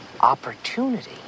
Opportunity